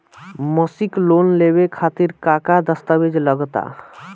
मसीक लोन लेवे खातिर का का दास्तावेज लग ता?